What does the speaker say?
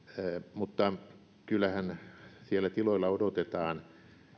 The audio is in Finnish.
mutta kyllähän siellä tiloilla odotetaan